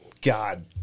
God